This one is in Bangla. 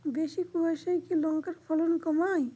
বেশি কোয়াশায় কি লঙ্কার ফলন কমায়?